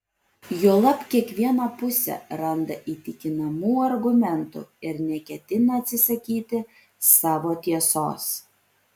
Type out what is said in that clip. juolab kiekviena pusė randa įtikinamų argumentų ir neketina atsisakyti savo tiesos